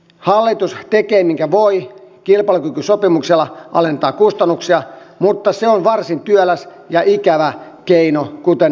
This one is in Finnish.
hallitus tekee minkä voi kilpailukykysopimuksella alentaa kustannuksia mutta se on varsin työläs ja ikävä keino kuten olemme nähneet